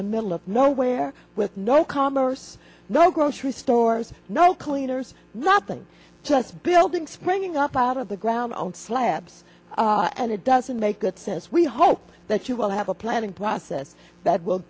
the middle of nowhere with no commerce no grocery stores no cleaners nothing just building springing up out of the ground slabs and it doesn't make good sense we hope that you will have a planning process that will